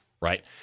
right